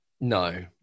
No